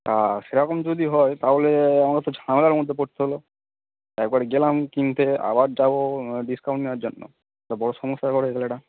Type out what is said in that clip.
হ্যাঁ সেরকম যদি হয় তাহলে আমাকে তো ঝামেলার মধ্যে পড়তে হলো একবার গেলাম কিনতে আবার যাবো ডিসকাউন্ট নেওয়ার জন্য তো বহুত সমস্যাকর হয়ে গেলো এটা